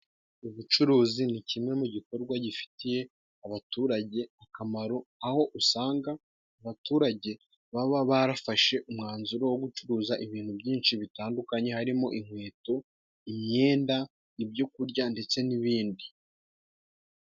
Ubucuruzi ni kimwe mu gikorwa gifitiye abaturage akamaro， aho usanga abaturage baba barafashe umwanzuro wo gucuruza ibintu byinshi bitandukanye，harimo inkweto， imyenda， ibyo kurya ndetse n'ibindi.